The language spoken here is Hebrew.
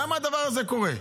למה הדבר הזה קורה?